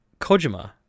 Kojima